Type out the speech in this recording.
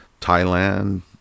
Thailand